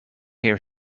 hear